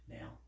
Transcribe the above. Now